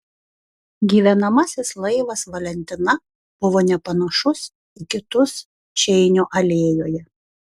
gyvenamasis laivas valentina buvo nepanašus į kitus čeinio alėjoje